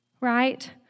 right